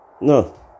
No